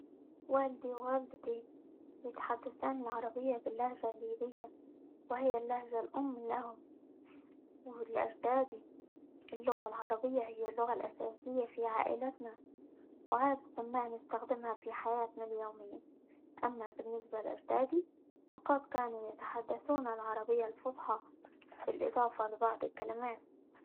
والدي، ووالدتي يتحدثان العربية باللهجة الليبية وهي اللهجة الأم لهم، ولأجدادي، اللغة العربية هي اللغة الأساسية في عائلتنا، وعادةً ما نستخدمها في حياتنا اليومية، أما بالنسبة لأجدادي فقد كانوا يتحدثون العربية الفصحى، بالإضافة لبعض الكلمات.